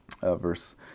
verse